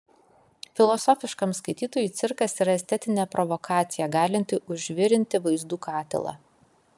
filosofiškam skaitytojui cirkas yra estetinė provokacija galinti užvirinti vaizdų katilą